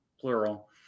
plural